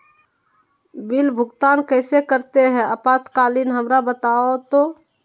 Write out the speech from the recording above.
Bill भुगतान कैसे करते हैं आपातकालीन हमरा बताओ तो?